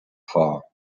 fall